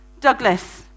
Douglas